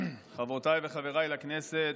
חברותיי וחבריי לכנסת,